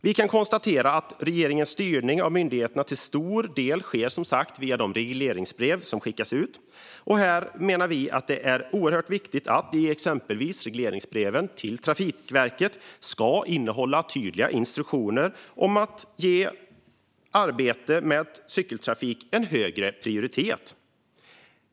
Vi kan konstatera att regeringens styrning av myndigheterna till stor del sker via de regleringsbrev som skickas ut. Här menar vi att det är oerhört viktigt att exempelvis regleringsbreven till Trafikverket innehåller tydliga instruktioner om att ge arbetet med cykeltrafik högre prioritet.